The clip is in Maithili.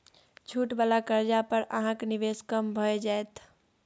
छूट वला कर्जा पर अहाँक निवेश कम भए जाएत